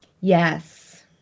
Yes